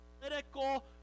political